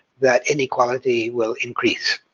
that inequality will increase.